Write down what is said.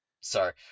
Sorry